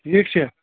ٹھیٖک چھا